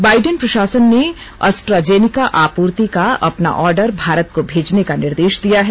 Biden प्रशासन ने AstraZeneca आपूर्ति का अपना आर्डर भारत को भेजने का निर्देश दिया है